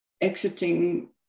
exiting